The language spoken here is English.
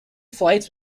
flights